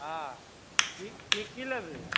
हँ की की लेबही